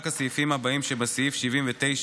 רק הסעיפים הבאים שבסעיף 79: